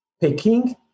Peking